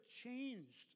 changed